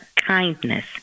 kindness